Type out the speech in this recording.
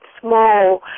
small